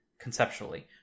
conceptually